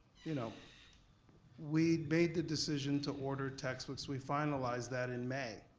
you know we made the decision to order textbooks, we finalized that in may.